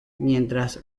mientras